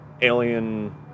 alien